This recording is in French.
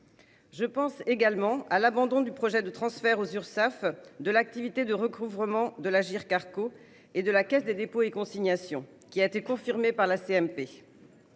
Je pense également à l'abandon du projet de transfert aux Urssaf de l'activité de recouvrement de l'Agirc-Arrco et de la Caisse des dépôts et consignations, qui a été confirmé par la